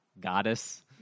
goddess